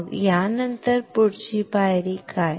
मग यानंतर पुढची पायरी काय